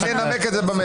אני אנמק את זה במליאה.